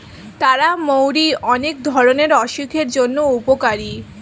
তারা মৌরি অনেক ধরণের অসুখের জন্য উপকারী